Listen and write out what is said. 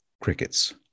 crickets